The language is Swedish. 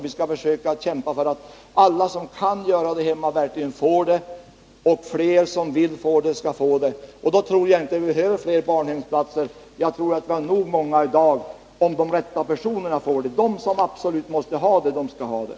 Vi skall försöka kämpa för att alla som kan vårda sina barn hemma verkligen får göra det och för att flera av dem som vill göra det också skall få den möjligheten. Om vi uppnår detta tror jag inte att vi behöver fler daghemsplatser, för vi har nog många i dag. Men de som absolut måste ha daghemsplatser skall få det.